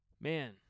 man